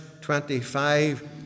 25